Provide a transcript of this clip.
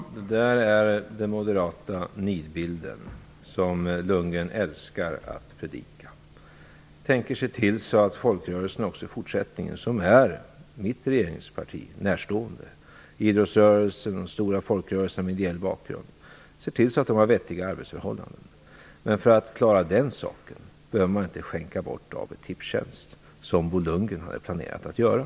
Herr talman! Det där är den moderata nidbild som Lundgren älskar att predika. Jag tänker se till att folkrörelserna, som är mitt regeringsparti närstående - idrottsrörelsen, de stora folkrörelserna med ideell bakgrund - också i fortsättningen har vettiga arbetsförhållanden. Men för att klara den saken behöver man inte skänka bort AB Tipstjänst, som Bo Lundgren hade planerat att göra.